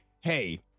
hey